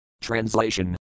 Translation